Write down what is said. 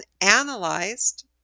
analyzed